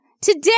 Today